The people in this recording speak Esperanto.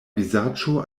vizaĝo